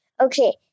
Okay